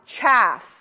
chaff